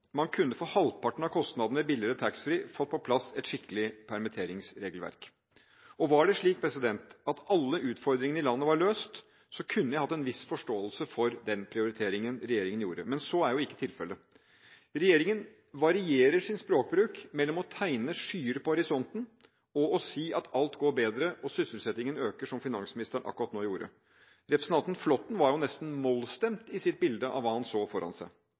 for halvparten av kostnadene med billigere taxfree kunne fått på plass et skikkelig permitteringsregelverk. Var det slik at alle utfordringene i landet var løst, kunne jeg hatt en viss forståelse for den prioriteringen regjeringen gjorde. Men så er jo ikke tilfellet. Regjeringen varierer sin språkbruk mellom å tegne skyer på horisonten og å si at alt går bedre og sysselsettingen øker – som finansministeren akkurat nå gjorde. Representanten Flåtten var jo nesten mollstemt i sitt bilde av hva han så foran seg.